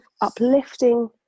uplifting